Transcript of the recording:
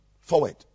forward